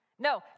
No